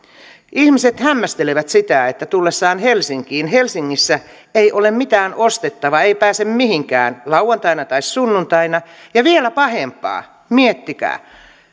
ihmiset hämmästelevät sitä että heidän tullessaan helsinkiin helsingissä ei ole mitään ostettavaa ei pääse mihinkään lauantaina tai sunnuntaina ja vielä pahempaa miettikää